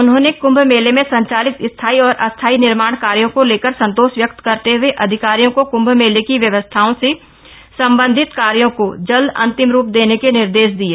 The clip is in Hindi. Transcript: उन्होंने कृम्भ मेले में संचालित स्थायी और अस्थायी निर्माण कार्यों को लेकर संतोष व्यक्त करते हुए अधिकारियों को कम्भ मेले की व्यवस्थाओं से सम्बंधित कार्यों को जल्द अंतिम रूप देने के निर्देश दिये